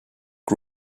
her